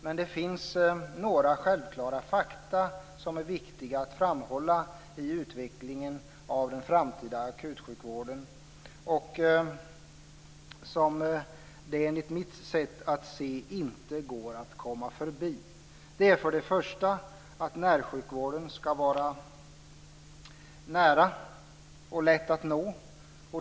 Men det finns några självklara fakta som är viktiga att framhålla i utvecklingen av den framtida akutsjukvården och som det, enligt mitt sätt att se, inte går att komma förbi. Det är t.ex. att närsjukvården ska vara nära och lätt att nå.